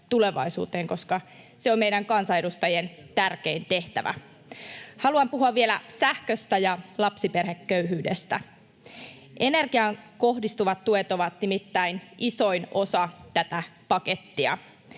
koska se on meidän kansanedustajien tärkein tehtävä. Haluan puhua vielä sähköstä ja lapsiperheköyhyydestä. Energiaan kohdistuvat tuet ovat nimittäin isoin osa tätä pakettia.